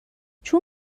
چون